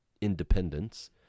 independence